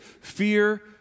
fear